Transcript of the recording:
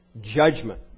judgment